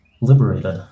liberated